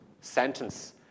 sentence